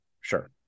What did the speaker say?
Sure